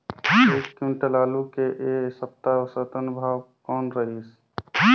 एक क्विंटल आलू के ऐ सप्ता औसतन भाव कौन रहिस?